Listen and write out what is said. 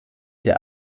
der